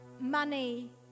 money